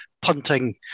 punting